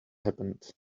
happened